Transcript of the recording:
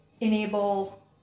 enable